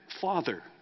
Father